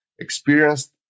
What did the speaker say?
experienced